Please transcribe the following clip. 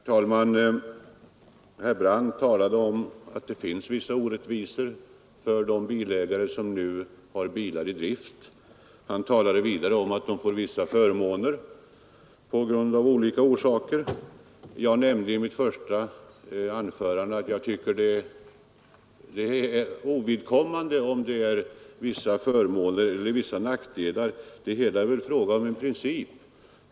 Herr talman! Herr Brandt talade om att det finns vissa orättvisor för de bilägare som nu har bilar i drift. Han talade vidare om att de av olika orsaker får vissa förmåner. Jag sade i mitt första anförande att det är ovidkommande om det är vissa förmåner eller vissa nackdelar; det hela är väl en fråga om en princip.